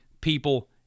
people